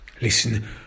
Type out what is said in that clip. listen